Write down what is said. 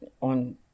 on